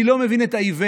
אני לא מבין את האיוולת.